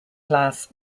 class